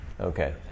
Okay